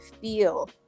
feel